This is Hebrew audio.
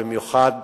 במיוחד